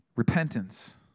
Repentance